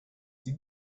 see